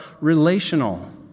relational